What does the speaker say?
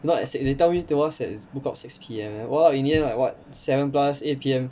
no as in that time they told us is book out six P_M leh !walao! in the end like what seven plus eight P_M